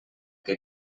que